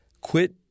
quit